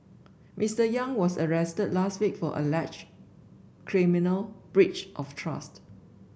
Mister Yang was arrested last week for alleged criminal breach of trust